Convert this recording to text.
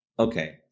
Okay